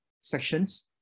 sections